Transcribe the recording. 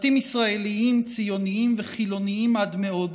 בתים ישראליים, ציוניים וחילוניים עד מאוד,